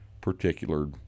particular